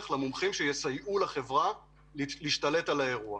למומחים שיעזרו לחברה להשתלט על האירוע,